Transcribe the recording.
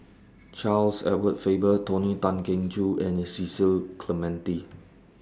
Charles Edward Faber Tony Tan Keng Joo and Cecil Clementi